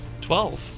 Twelve